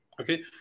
okay